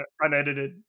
Unedited